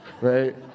right